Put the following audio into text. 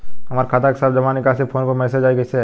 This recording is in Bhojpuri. हमार खाता के सब जमा निकासी फोन पर मैसेज कैसे आई?